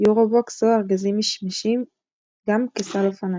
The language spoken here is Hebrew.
יורובוקס או ארגזים משמשים גם כסל אופניים.